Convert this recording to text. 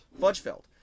Fudgefeld